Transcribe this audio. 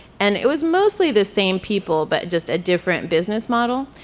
and it was mostly the same people, but just a different business model.